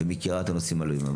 ומכירים את הנושאים האלה.